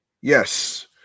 yes